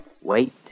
Wait